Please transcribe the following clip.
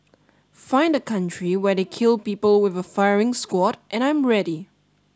find a country where they kill people with a firing squad and I'm ready